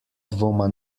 dvoma